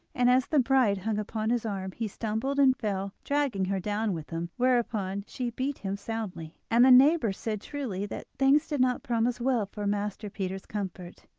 and as the bride hung upon his arm he stumbled and fell, dragging her down with him whereupon she beat him soundly, and the neighbours said truly that things did not promise well for master peter's comfort.